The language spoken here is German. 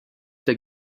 der